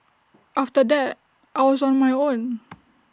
after that I was on my own